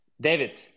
David